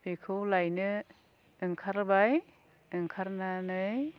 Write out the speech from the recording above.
बेखौ लायनो ओंखारबाय ओंखारनानै